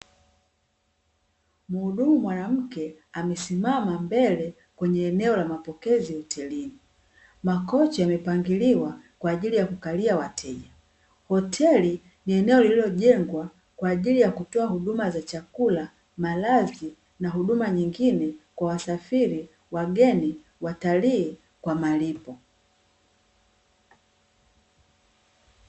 Mhudumu mwanamke amesimama mbele kwenye eneo la mapokezi hotelini. Makochi yamepangiliwa kwa ajili ya kukalia wateja. Hoteli ni eneo lililojengwa kwa ajili ya kutoa huduma za chakula, malazi na huduma nyingine; kwa wasafiri ,wageni, watalii; kwa malipo.